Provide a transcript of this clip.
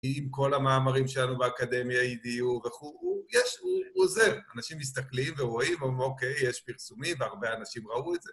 אם כל המאמרים שלנו באקדמיה EDU וכו', יש, הוא עוזר. אנשים מסתכלים ורואים ואומרים, אוקיי, יש פרסומים והרבה אנשים ראו את זה.